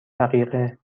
دقیقه